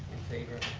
favor.